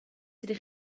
ydych